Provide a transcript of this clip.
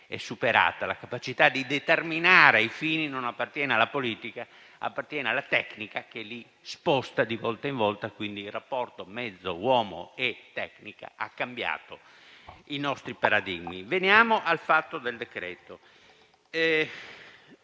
la capacità di determinare i fini non appartiene alla politica, ma alla tecnica, che li sposta di volta in volta, quindi il rapporto tra mezzo, uomo e tecnica ha cambiato i nostri paradigmi. Passando al decreto-legge,